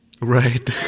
Right